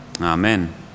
amen